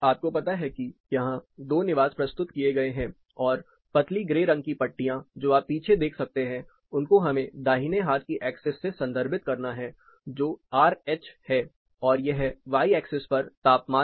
आपको पता है कि यहां दो निवास प्रस्तुत किए गए हैं और पतली ग्रे रंग की पट्टियाँजो आप पीछे देख सकते हैं उनको हमें दाहिने हाथ की एक्सिस से संदर्भित करना है जो आरएच है और यह वाई एक्सिस पर तापमान है